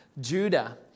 Judah